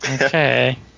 Okay